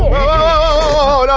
whoa,